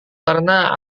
karena